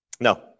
No